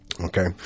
okay